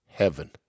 heaven